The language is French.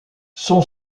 son